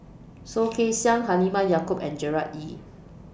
Soh Kay Siang Halimah Yacob and Gerard Ee